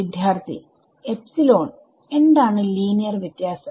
വിദ്യാർത്ഥി എപ്സിലോൺ എന്താണ് ലിനീയർ വ്യത്യാസം